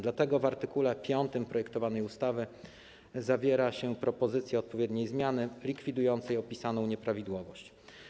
Dlatego w art. 5 projektowanej ustawy zawarto propozycję odpowiedniej zmiany, likwidującej opisaną nieprawidłowość.